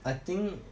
I think